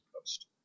Post